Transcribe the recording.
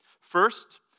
First